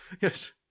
Yes